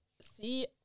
see